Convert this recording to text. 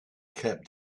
kept